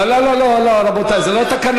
לא, רבותי, זה לא תקנון.